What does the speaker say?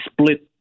split